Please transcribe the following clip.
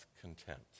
contempt